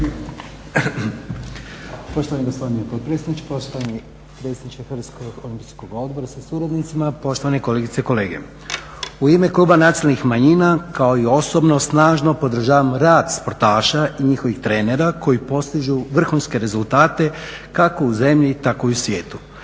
Poštovani gospodine potpredsjedniče, poštovani predsjedniče Hrvatskog olimpijskog odbora sa suradnicima, poštovane kolegice i kolege u ime Kluba nacionalnih manjina kao i osobno snažno podržavam rad sportaša i njihovih trenera koji postižu vrhunske rezultate kako u zemlji tako i u svijetu.